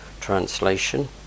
translation